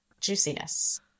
juiciness